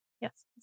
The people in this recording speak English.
Yes